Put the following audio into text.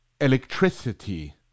electricity